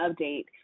update